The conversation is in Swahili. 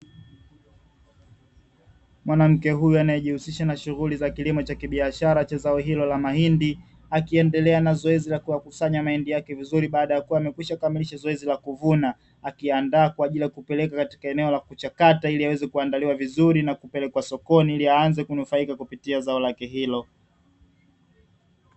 Mwanamke huyu anayejihusisha na shughuli za kilimo cha kibiashara cha zao hilo la mahindi, akiendelea na zoezi la kuyakusanya mahindi yake vizuri baada ya kuwa amekwisha kamilisha zoezi la kuvuna, akiyaandaa kwa ajili ya kupeleka katika eneo la kuchakata ili yaweze kuandaliwa vizuri na kupelekwa sokoni ili aanze kunufaika kupitia zao lake hilo.